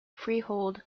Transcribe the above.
freehold